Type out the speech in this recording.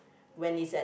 when is at